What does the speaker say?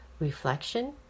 reflection